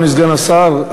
אדוני סגן השר,